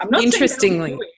Interestingly